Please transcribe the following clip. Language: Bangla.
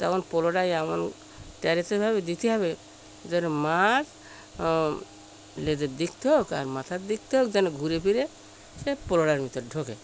তখন পলোটাই এমন তেড়ছা ভাবে দিতে হবে যেন মাছ লেজের দিক থেকে হোক আর মাথার দিক থেকে হোক যেন ঘুরে ফিরে সে পলোটার ভিতর ঢোকে